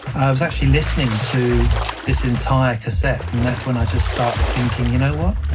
i was actually listening to this entire cassette and that's when i just started thinking, you know what?